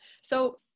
So-